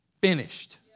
finished